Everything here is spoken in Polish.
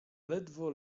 ledwo